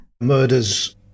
Murders